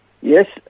Yes